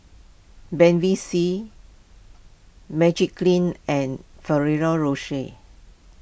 Bevy C Magiclean and Ferrero Rocher